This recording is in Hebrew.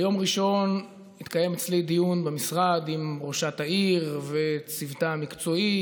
ביום ראשון התקיים אצלי דיון במשרד עם ראשת העיר וצוותה המקצועי,